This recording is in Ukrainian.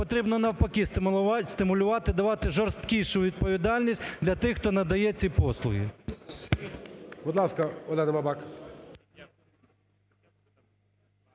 потрібно навпаки стимулювати, давати жорсткішу відповідальність для тих, хто надає ці послуги.